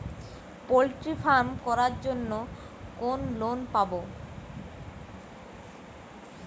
Poultry farm করার জন্য কোন লোন পাব?